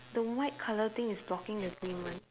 the white colour thing is blocking the green one